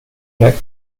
lac